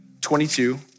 22